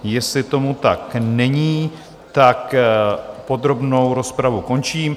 Jestli tomu tak není, tak podrobnou rozpravu končím.